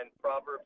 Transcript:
Proverbs